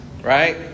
Right